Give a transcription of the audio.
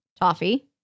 toffee